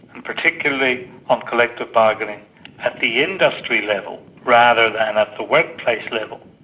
and particularly on collective bargaining at the industry level rather than at the workplace level.